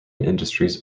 industries